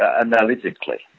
analytically